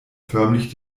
förmlich